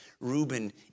Reuben